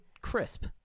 crisp